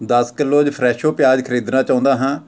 ਦਸ ਕਿਲੋਜ਼ ਫਰੈਸ਼ੋ ਪਿਆਜ ਖਰੀਦਣਾ ਚਾਹੁੰਦਾ ਹਾਂ